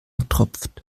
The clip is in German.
tropft